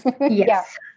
Yes